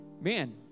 man